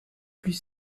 plus